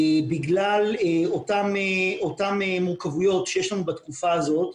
בגלל אותן מורכבויות שיש לנו בתקופה הזו.